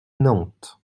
nantes